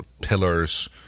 pillars